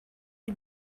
you